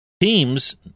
teams